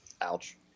ouch